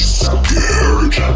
scared